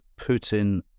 Putin